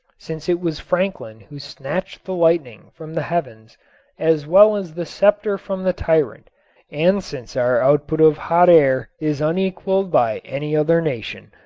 since it was franklin who snatched the lightning from the heavens as well as the scepter from the tyrant and since our output of hot air is unequaled by any other nation.